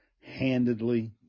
handedly